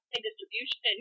distribution